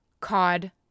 cod